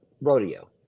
rodeo